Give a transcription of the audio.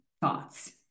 thoughts